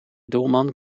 doelman